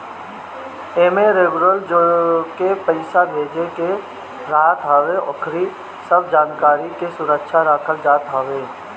एमे रेगुलर जेके पईसा भेजे के रहत हवे ओकरी सब जानकारी के सुरक्षित रखल जात हवे